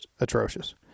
atrocious